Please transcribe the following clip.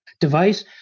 device